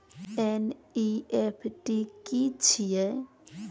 NEFT की छीयै?